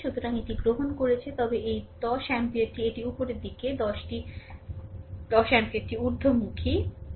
সুতরাং এটি গ্রহণ করেছেন তবে এই 10 অ্যাম্পিয়ারটি এটি উপরের দিকে r 10 টি অ্যাম্পিয়ারটি ঊর্ধ্বমুখী